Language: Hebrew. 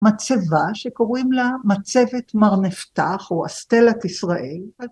מצבה שקוראים לה מצבת מרנפתח או אסטלת ישראל.